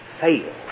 fail